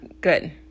good